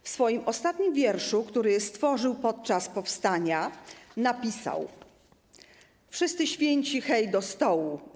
W swoim ostatnim wierszu, który stworzył podczas powstania napisał: ˝Wszyscy święci, hej do stołu!